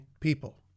people